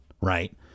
right